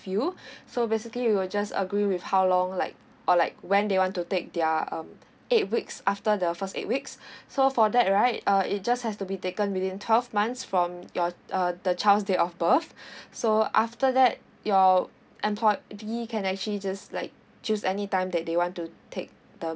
you so basically we'll just agree with how long like or like when they want to take their um eight weeks after the first eight weeks so for that right uh it just has to be taken within twelve months from your uh the child's date of birth so after that your employee can actually just like choose any time that they want to take the